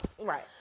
Right